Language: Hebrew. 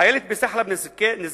חיילת מ"סחלב" נזכרת